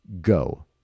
go